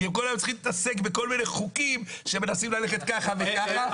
כי כל היום צריכים להתעסק בכל מיני חוקים שמנסים ללכת ככה וככה.